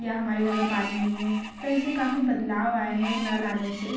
या हमारे घर में पानी नहीं है तो ऐसे काफ़ी बदलाव आए हैं नल आने से